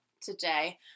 today